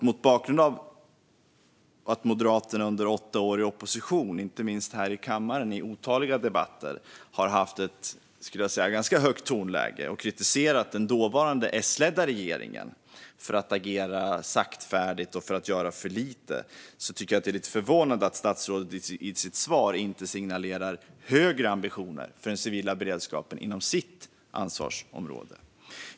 Mot bakgrund av att Moderaterna under åtta år i opposition inte minst i otaliga kammardebatter har haft ett ganska högt tonläge och kritiserat den S-ledda regeringen för att agera saktfärdigt och göra för lite är det lite förvånande att statsrådet i sitt svar inte signalerar högre ambitioner för den civila beredskapen inom sitt ansvarsområde.